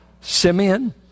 Simeon